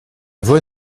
voie